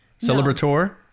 celebrator